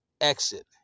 exit